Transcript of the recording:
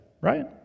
right